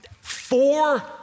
Four